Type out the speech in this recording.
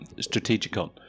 Strategicon